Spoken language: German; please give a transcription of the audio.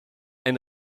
ein